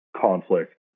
conflict